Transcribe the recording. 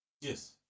Yes